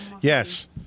Yes